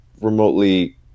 remotely